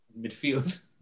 midfield